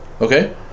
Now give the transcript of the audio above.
okay